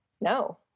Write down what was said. No